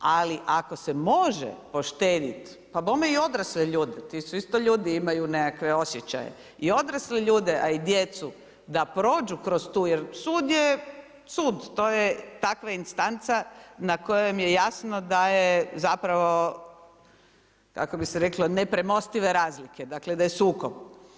Ali ako se može poštedjeti, pa bome i odrasle ljude, ti su isto ljudi, imaju nekakve osjećaje, i odrasle ljude a i djecu da prođu kroz tu, jer sud je sud, to je takva instanca na kojem je jasno da je zapravo kako bi se reklo nepremostive razlike, dakle da je sukob.